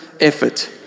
effort